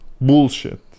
bullshit